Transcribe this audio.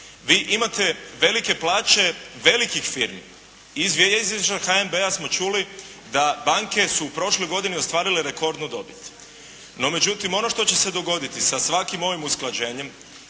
Vi imate velike plaće velikih firmi. Iz izvješća HNB-a smo čuli da banke su u prošloj godini ostvarile rekordnu dobit. No međutim ono što će se dogoditi sa svakim ovim usklađenjem,